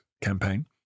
campaign